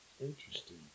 Interesting